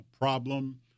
problem